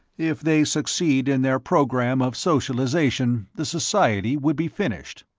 if they succeed in their program of socialization, the society would be finished.